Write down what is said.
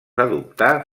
adoptar